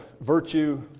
virtue